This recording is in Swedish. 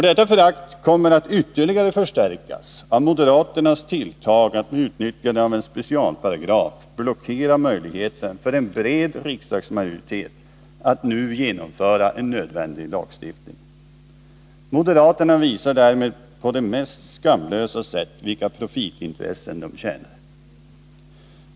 Detta förakt kommer att ytterligare förstärkas av moderaternas tilltag att med utnyttjande av en specialparagraf blockera möjligheten för en bred riksdagsmajoritet att nu genomföra en nödvändig lagstiftning. Moderaterna visar därmed på det mest skamlösa sätt vilka profitintressen de tjänar.